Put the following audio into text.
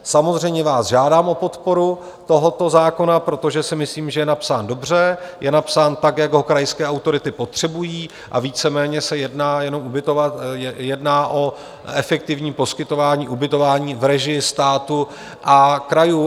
Samozřejmě vás žádám o podporu tohoto zákona, protože si myslím, že je napsán dobře, je napsán tak, jak ho krajské autority potřebují, a víceméně se jedná jenom ubytovat, jedná o efektivním poskytování ubytování v režii státu a krajů.